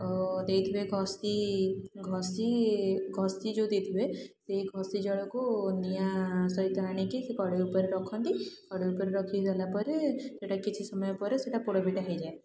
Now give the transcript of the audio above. ଦେଇଥିବେ ଘଷି ଘଷି ଘଷି ଯେଉଁ ଦେଇଥିବେ ସେଇ ଘଷି ଜାଳକୁ ନିଆଁ ସହିତ ଆଣିକି ସେ କଡ଼େଇ ଉପରେ ରଖନ୍ତି କଡ଼େଇ ଉପରେ ରଖିସାରିଲା ପରେ ସେଇଟା କିଛି ସମୟ ପରେ ସେଇଟା ପୋଡ଼ପିଠା ହେଇଯାଏ